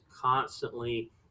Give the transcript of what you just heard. constantly